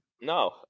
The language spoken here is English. No